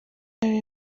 nari